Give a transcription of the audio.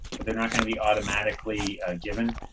but they're not going to be automatically given,